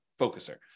focuser